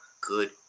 good